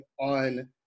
on